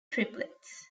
triplets